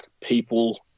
people